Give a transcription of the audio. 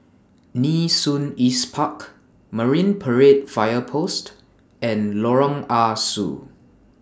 Nee Soon East Park Marine Parade Fire Post and Lorong Ah Soo